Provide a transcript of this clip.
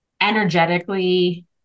energetically